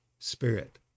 Spirit